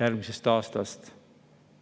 järgmisest aastast,